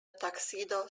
tuxedo